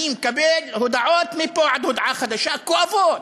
אני מקבל הודעות מפה עד הודעה חדשה, כואבות,